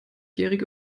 jährige